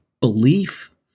belief